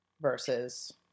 versus